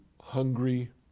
hungry